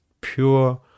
pure